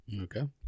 Okay